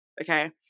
Okay